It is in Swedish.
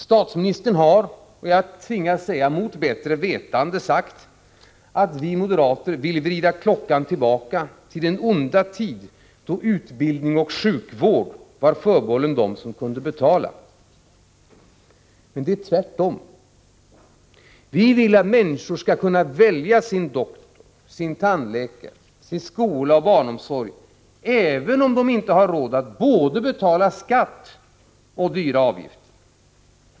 Statsministern har, jag tvingas säga mot bättre vetande, sagt att vi moderater vill vrida klockan tillbaka till den onda tid då utbildning och sjukvård är förbehållen dem som kan betala. Men det är tvärtom. Vi vill att människor skall kunna välja läkare, tandläkare, skola och barnomsorg, även om de inte har råd att både betala skatt och dyra avgifter.